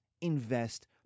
invest